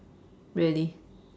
really